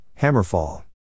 Hammerfall